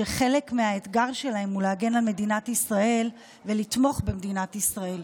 שחלק מהאתגר שלהם הוא להגן על מדינת ישראל ולתמוך במדינת ישראל.